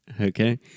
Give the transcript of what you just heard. Okay